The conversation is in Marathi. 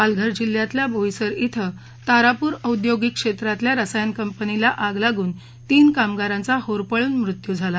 पालघर जिल्ह्यातल्या बोईसर इथं तारापूर औद्योगिक क्षेत्रातल्या रसायन कंपनीत आग लागून तीन कामगारांचा होरपळून मृत्यू झाला